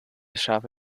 scharfe